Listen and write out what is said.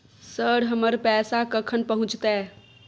Sir, हमर पैसा कखन पहुंचतै?